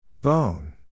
Bone